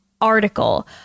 Article